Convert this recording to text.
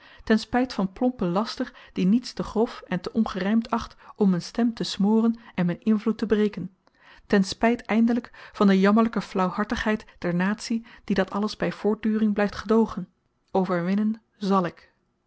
ten spyt van plompen laster die niets te grof en te ongerymd acht om m'n stem te smoren en m'n invloed te breken ten spyt eindelyk van de jammerlyke flauwhartigheid der natie die dat alles by voortduring blyft gedoogen overwinnen zàl ik